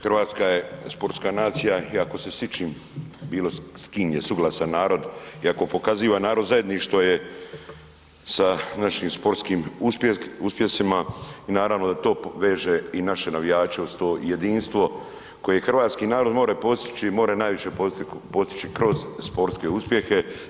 Hrvatska je sportska nacija i ako se s ičim bilo s kim je suglasan narod i ako pokaziva narod zajedništvo je sa našim sportskim uspjesima i naravno da to veže i naše navijače uz to jedinstvo koje hrvatski narod more postići, more najviše postići kroz sportske uspjehe.